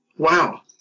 Wow